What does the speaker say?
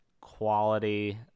quality